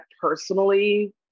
personally